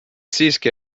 siiski